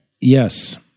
Yes